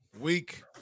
week